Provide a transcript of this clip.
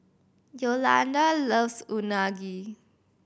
Yolanda loves Unagi